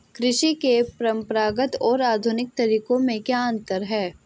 कृषि के परंपरागत और आधुनिक तरीकों में क्या अंतर है?